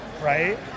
right